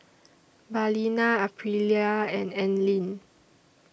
Balina Aprilia and Anlene